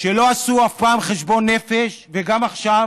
שלא עשו אף פעם חשבון נפש וגם עכשיו